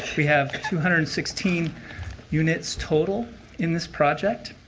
we have two hundred and sixteen units total in this project.